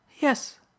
Yes